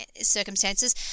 circumstances